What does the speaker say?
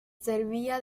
servía